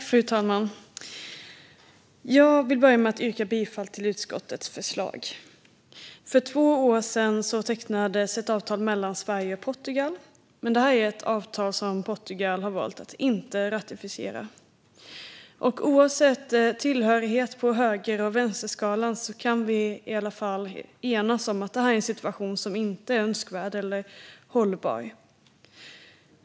Fru talman! Jag börjar med att yrka bifall till utskottets förslag. För två år sedan tecknades ett avtal mellan Sverige och Portugal, men det är ett avtal som Portugal har valt att inte ratificera. Oavsett hemmahörighet på höger-vänster-skalan kan vi enas om att det här är en situation som inte är önskvärd eller hållbar.